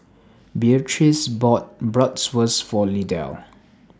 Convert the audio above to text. Beatrix bought Bratwurst For Lydell